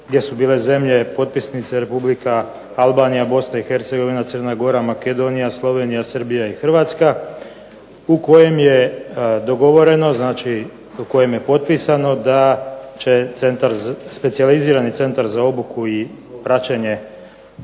gdje su bile zemlje potpisnice Republika Albanija, Bosna i Hercegovina, Crna Gora, Makedonija, Slovenija, Srbija i Hrvatska u kojem je dogovoreno, znači u kojem je potpisano da će specijalizirani Centar za obuku i praćenje